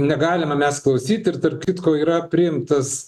negalime mes klausyt ir tarp kitko yra priimtas